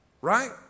Right